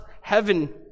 heaven